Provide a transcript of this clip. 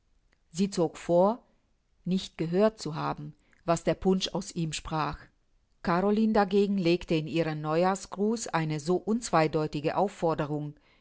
sie zog vor nicht gehört zu haben was der punsch aus ihm sprach caroline dagegen legte in ihren neujahrsgruß eine so unzweideutige aufforderung